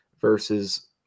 versus